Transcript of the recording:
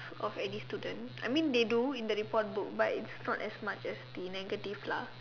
of any student I mean they do in the report book but it's not as much as the negative lah